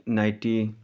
nighty